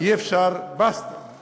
הכנסת היא באמת בסטה.